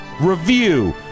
review